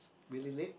very late